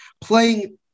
playing